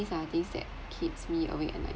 these are things that keeps me awake at night